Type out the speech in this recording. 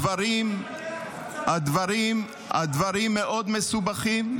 שהממשלה --- הדברים מאוד מסובכים,